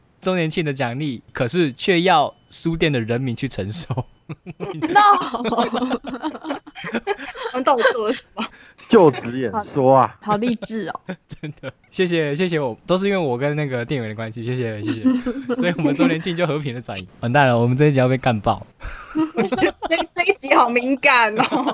周年庆的奖励，可是却要书店的人民去承受。 No！ 他们到底做了什么？好- 好励志哦。真的，谢谢-谢谢我-都是因为我跟那个店员的关系，谢谢-谢谢。所以我们周年庆就和平地展。完蛋了，我们这一集要被干爆。 这-这一集好敏感哦。